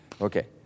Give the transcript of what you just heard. Okay